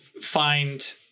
find